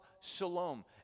shalom